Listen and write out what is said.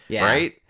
right